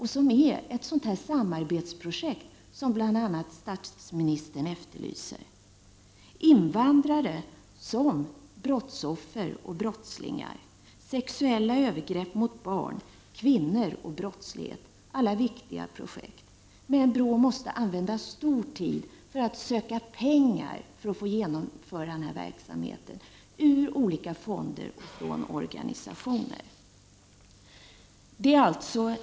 Det är ett sådant samarbetsprojekt som bl.a. statsministern efterlyser. BRÅ arbetar också med andra viktiga projekt, såsom invandrare som brottsoffer och brottslingar, sexuella övergrepp mot barn och kvinnor och brottslighet. För att BRÅ skall kunna genomföra sin verksamhet måste man använda stor tid för att söka pengar ur olika fonder och från organisationer.